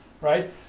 right